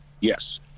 Yes